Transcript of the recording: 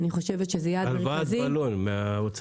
אני חושבת שזה יעד מרכזי --- הלוואת בלון מהאוצר.